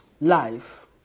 life